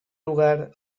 lugar